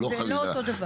זה לא אותו דבר.